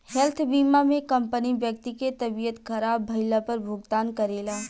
health बीमा में company व्यक्ति के तबियत ख़राब भईला पर भुगतान करेला